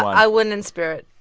i win in spirit.